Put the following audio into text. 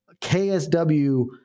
KSW